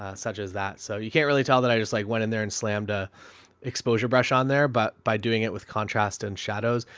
ah such as that. so you can't really tell that i just like went in there and slammed a exposure brush on there. but by doing it with contrast and shadows,